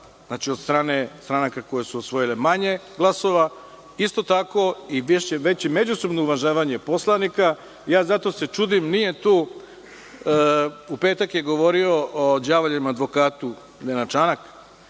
znači od stranaka koje su osvojile manje glasova. Isto tako i veće međusobno uvažavanje poslanika. Ja zato se čudim, nije tu, u petak je govorio o đavoljem advokatu Nenad Čanak,